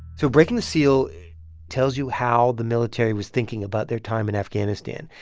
so breaking the seal tells you how the military was thinking about their time in afghanistan.